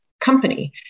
company